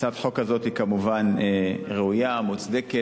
הצעת החוק הזאת היא כמובן ראויה, מוצדקת,